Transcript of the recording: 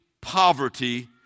poverty